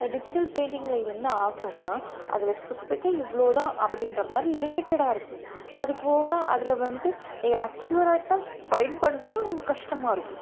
digital பெயிண்ட்டிங்ல என்ன ஆகும்னா அதில் ஸ்பெசிஃபிக்காக இவ்வளோதான் அப்படின்றமாரி லிமிட்டடாக இருக்கும் அது போக அதில் வந்துட்டு அக்யூரேட்டாக ஃபைண்ட் பண்ணுறதும் ரொம்ப கஷ்டமாக இருக்கும்